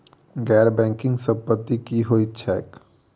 गैर बैंकिंग संपति की होइत छैक?